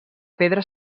pedra